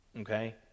Okay